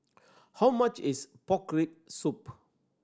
how much is pork rib soup